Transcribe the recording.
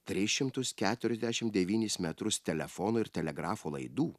tris šimtus keturiasdešim devynis metrus telefono ir telegrafo laidų